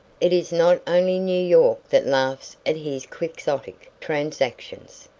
it is not only new york that laughs at his quixotic transactions,